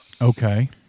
Okay